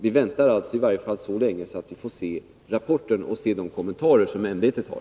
Vi väntar i varje fall så länge att vi får se rapporten och de kommentarer som ämbetet har.